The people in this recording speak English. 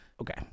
Okay